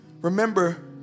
remember